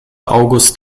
august